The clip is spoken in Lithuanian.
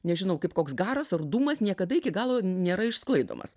nežinau kaip koks garas ar dūmas niekada iki galo nėra išsklaidomas